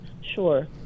Sure